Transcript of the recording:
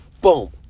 Boom